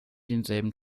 denselben